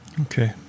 Okay